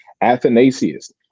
Athanasius